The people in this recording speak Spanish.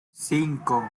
cinco